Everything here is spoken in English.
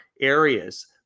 Areas